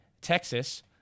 Texas